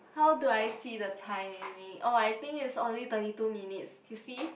how do I see the timing oh I think it's only thirty two minutes you see